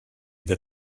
that